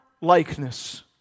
likeness